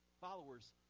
followers